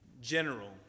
general